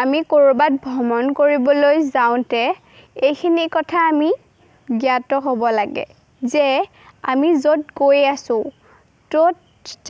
আমি ক'ৰবাত ভ্ৰমণ কৰিবলৈ যাওঁতে এইখিনি কথা আমি জ্ঞাত হ'ব লাগে যে আমি য'ত গৈ আছোঁ ত'ত